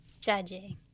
judging